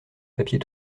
papier